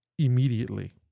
Immediately